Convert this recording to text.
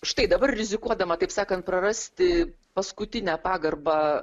štai dabar rizikuodama taip sakant prarasti paskutinę pagarbą